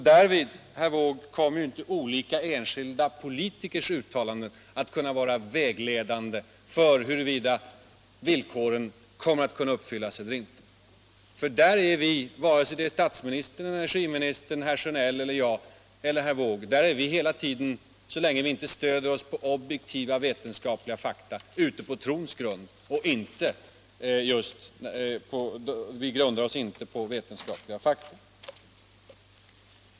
Därvid kommer ju inte, herr Wååg, enskilda politikers utta!anden att vara vägledande för huruvida villkoren kommer att kunna uppfyllas eller inte. Där är vi — vare sig det gäller statsministern, energiministern, herr Sjönell, herr Wååg eller jag — så länge vi inte stöder oss på objektiva vetenskapliga fakta hela tiden ute på trons grund.